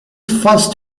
first